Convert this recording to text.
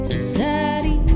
Society